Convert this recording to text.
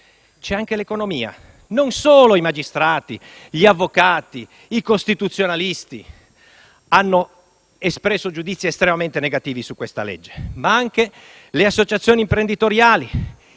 c'è anche l'economia: non solo i magistrati, gli avvocati, i costituzionalisti hanno espresso giudizi estremamente negativi su questo disegno di legge, ma anche le associazioni imprenditoriali,